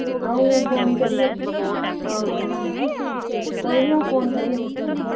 अ'ऊं फोन करियै हां हां कोई निं अ'ऊं फोन करियै